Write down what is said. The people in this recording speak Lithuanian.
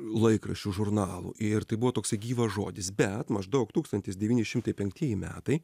laikraščių žurnalų ir tai buvo toks gyvas žodis bet maždaug tūkstantis devyni šimtai penktieji metai